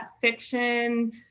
fiction